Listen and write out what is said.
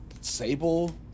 Sable